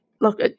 look